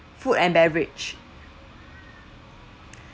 food and beverage